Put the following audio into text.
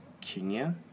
Kenya